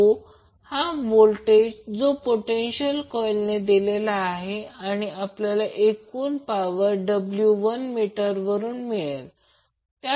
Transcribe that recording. Vao हा voltage जो potential coil ने दिलेला आहे आणि आपल्याला एकूण पॉवर W1 मीटर वरून मिळेल